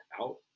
out